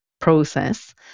process